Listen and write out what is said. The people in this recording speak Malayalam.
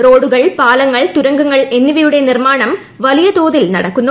റോഡുകൾ പാലങ്ങൾ തുരങ്കങ്ങൾ എന്നിവയുടെ നിർമ്മാണം വലിയ തോതിൽ നടക്കുന്നു